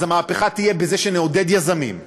אז המהפכה תהיה בזה שנעודד יזמים,